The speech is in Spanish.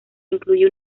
incluye